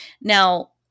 Now